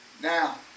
Now